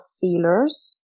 feelers